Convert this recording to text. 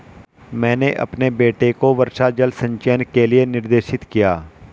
मैंने अपने बेटे को वर्षा जल संचयन के लिए निर्देशित किया